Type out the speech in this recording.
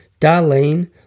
Darlene